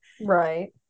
Right